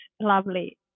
lovely